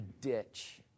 ditch